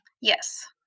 Yes